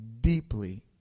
deeply